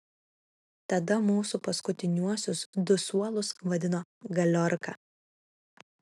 tada mūsų paskutiniuosius du suolus vadino galiorka